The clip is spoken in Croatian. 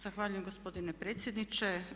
Zahvaljujem gospodine predsjedniče.